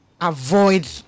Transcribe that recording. avoid